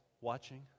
watching